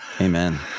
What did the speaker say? Amen